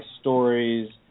stories